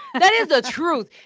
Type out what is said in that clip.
that is the truth.